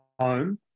home